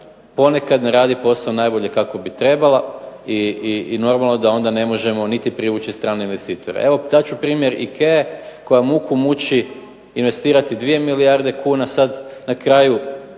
ponekad ne radi najbolje kako bi trebala i normalno da onda ne možemo privući strane investitore. Evo navest ću primjer Ikee koja muku muči investirati 2 milijarde kuna, sada na kraju